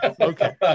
okay